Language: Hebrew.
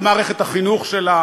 על מערכת החינוך שלה,